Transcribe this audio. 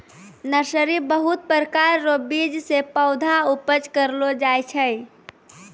nursery बहुत प्रकार रो बीज से पौधा उपज करलो जाय छै